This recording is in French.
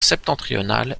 septentrionale